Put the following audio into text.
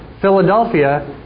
Philadelphia